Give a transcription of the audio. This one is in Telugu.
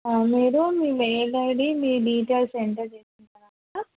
మీరు మీ మెయిల్ ఐడి మీ డీటెయిల్స్ ఎంటర్ చేసిన తర్వాత